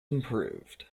improved